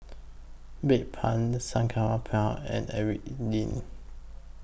Bedpans Sangobion and